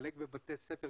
לחלק בבתי ספר.